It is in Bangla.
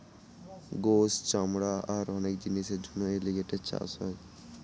গোস, চামড়া আর অনেক জিনিসের জন্য এলিগেটের চাষ হয়